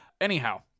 anyhow